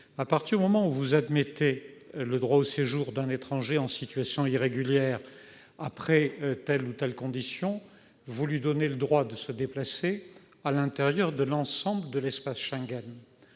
À partir du moment où l'on admet le droit au séjour d'un étranger en situation irrégulière remplissant telle ou telle condition, on lui donne le droit de se déplacer à l'intérieur de l'ensemble de l'espace Schengen.